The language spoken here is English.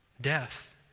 death